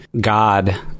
god